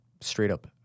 straight-up